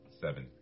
seven